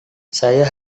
saya